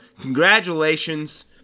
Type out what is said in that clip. congratulations